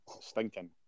stinking